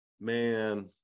Man